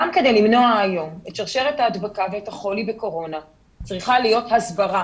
גם כדי למנוע היום את שרשרת ההדבקה ואת החולי בקורונה צריכה להיות הסברה